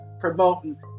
promoting